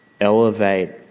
elevate